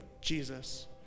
Jesus